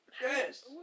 Yes